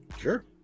Sure